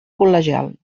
col·legial